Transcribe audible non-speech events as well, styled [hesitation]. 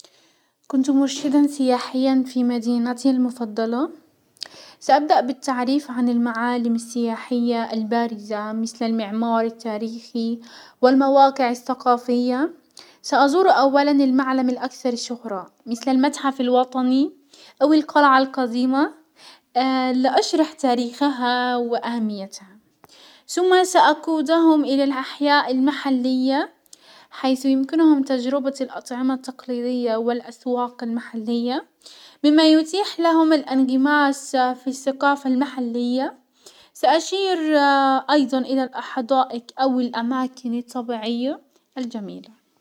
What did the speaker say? كنت مرشدا سياحيا في مدينتي المفضلة، سابدأ بالتعريف عن المعالم السياحية البارزة مسل المعمار التاريخي والمواقع الثقافية، سازور اولا المعلم الاكثر شهرة مثل المتحف الوطني او القلعة القديمة [hesitation] لاشرح تاريخها واهميتها، سم ساقودهم الى الاحياء المحلية، حيث يمكنهم تجربة الاطعمة التقليدية والاسواق المحلية، مما يتيح لهم الانغماس في السقافة المحلية ساشير [hesitation] ايضا الى الحدائق او الاماكن الطبيعية الجميلة.